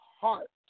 heart